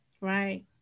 Right